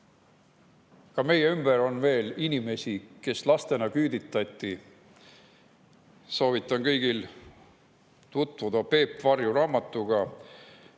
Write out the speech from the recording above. Ka meie ümber on veel inimesi, kes lastena küüditati. Soovitan kõigil tutvuda Peep Varju raamatuga